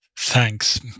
Thanks